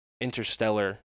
interstellar